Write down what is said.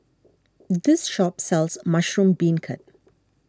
this shop sells Mushroom Beancurd